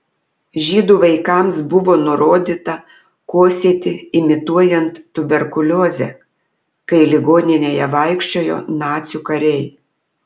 žydų vaikams buvo nurodyta kosėti imituojant tuberkuliozę kai ligoninėje vaikščiojo nacių kariai